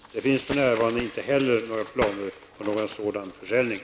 Det finns för närvarande inte heller några planer på någon sådan försäljning.